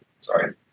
Sorry